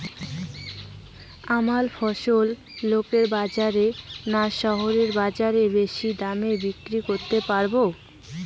আমরা ফসল লোকাল বাজার না শহরের বাজারে বেশি দামে বিক্রি করতে পারবো?